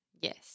Yes